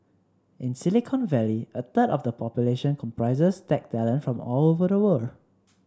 in Silicon Valley a third of the population comprises tech talent from all over the world